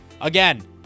Again